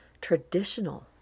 traditional